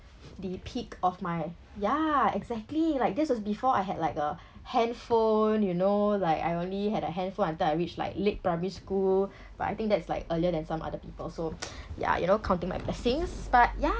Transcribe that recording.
the peak of my yeah exactly like this was before I had like a handphone you know like I only had a handphone until I reached like late primary school but I think that's like earlier than some other people so ya you know counting my blessings but ya